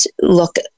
look